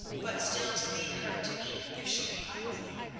but still to lead her to me if she be unwilling.